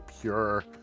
pure